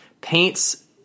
paints